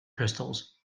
crystals